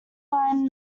line